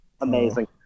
Amazing